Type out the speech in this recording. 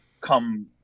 come